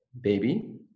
baby